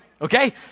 Okay